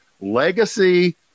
Legacy